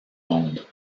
monde